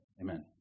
Amen